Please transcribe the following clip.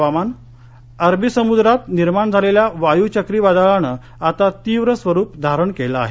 हवामान अरबी समुद्रात निर्माण झालेल्या वायू चक्रीवादळानं आता तीव्र स्वरूप धारण केलं आहे